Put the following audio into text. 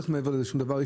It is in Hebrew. מעבר לזה לא צריך שום דבר.